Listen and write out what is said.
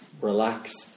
Relax